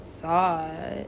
thought